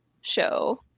show